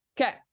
Okay